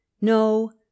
no